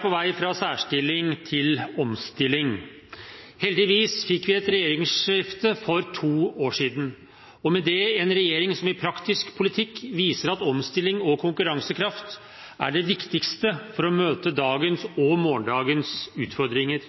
på vei fra særstilling til omstilling. Heldigvis fikk vi et regjeringsskifte for to år siden, og med det en regjering som i praktisk politikk viser at omstilling og konkurransekraft er det viktigste for å møte dagens og morgendagens utfordringer.